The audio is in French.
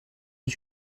aux